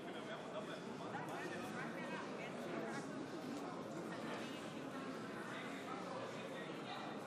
נעבור להצבעה על ההצעה להביע אי-אמון בממשלה מטעם סיעת ישראל ביתנו.